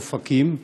אופקים,